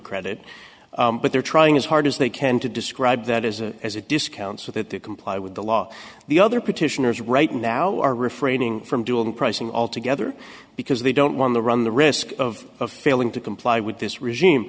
credit but they're trying as hard as they can to describe that as a as a discount so that they comply with the law the other petitioners right now are refraining from due and pricing all together because they don't want to run the risk of failing to comply with this regime